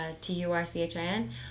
T-U-R-C-H-I-N